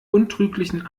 untrüglichen